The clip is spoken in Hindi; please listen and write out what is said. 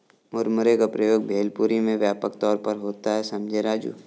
मुरमुरे का प्रयोग भेलपुरी में व्यापक तौर पर होता है समझे राजू